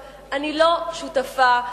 אני לא שותפה,